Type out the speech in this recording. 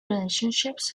relationships